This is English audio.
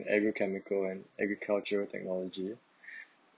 the agrochemical and agricultural technology